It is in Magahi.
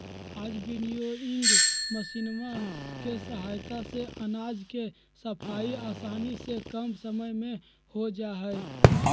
आज विन्नोइंग मशीनवा के सहायता से अनाज के सफाई आसानी से कम समय में हो जाहई